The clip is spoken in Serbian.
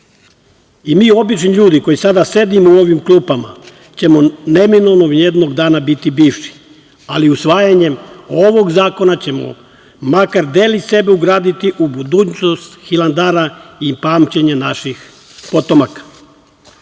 obični ljudi koji sada sedimo u ovim klupama ćemo neminovno jednog dana biti bivši, ali usvajanjem ovog zakona ćemo makar delić sebe ugraditi u budućnost Hilandara i pamćenje naših potomaka.